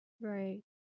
right